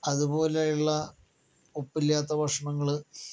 അതുപോലെയുള്ള ഉപ്പില്ലാത്ത ഭക്ഷണങ്ങൾ